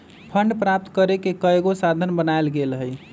fund प्राप्त करेके कयगो साधन बनाएल गेल हइ